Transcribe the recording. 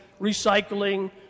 recycling